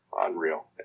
unreal